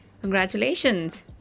Congratulations